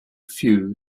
few